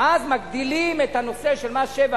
אז מגדילים את הנושא של מס שבח.